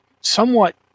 somewhat